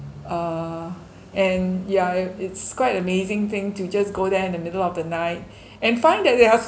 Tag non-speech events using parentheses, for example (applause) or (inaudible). err and yeah it it's quite amazing thing to just go there in the middle of the night (breath) and find that they are